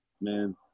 man